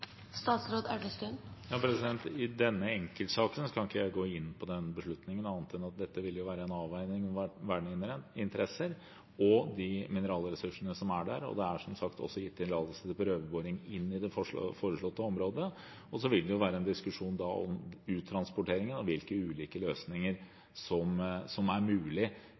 denne enkeltsaken, kan ikke jeg gå inn på den beslutningen, annet enn å si at det vil være en avveining mellom verneinteresser og de mineralressursene som er der, og det er som sagt også gitt tillatelse til prøveboring inne i det foreslåtte området. Så vil det være en diskusjon om uttransportering og hvilke ulike løsninger som er mulig